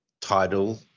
title